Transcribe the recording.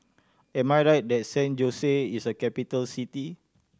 am I right that San Jose is a capital city